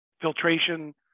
filtration